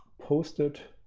posted,